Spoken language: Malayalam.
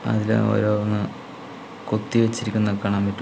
അതില് ഓരോന്ന് കൊത്തി വെച്ചിരിക്കുന്നത് കാണാൻ പറ്റും